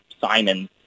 Simon